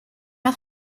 pas